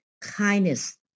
kindness